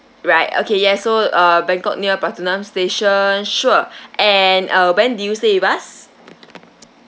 right okay yes so uh bangkok near pratunam station sure and uh when do you stay with us